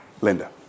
Linda